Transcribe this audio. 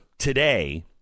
Today